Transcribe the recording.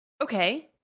Okay